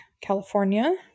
California